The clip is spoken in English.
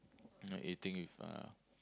not eating with uh